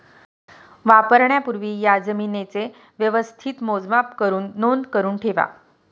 वापरण्यापूर्वी या जमीनेचे व्यवस्थित मोजमाप करुन नोंद करुन ठेवा